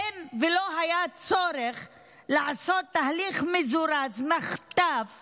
אין ולא היה צורך לעשות תהליך מזורז, מחטף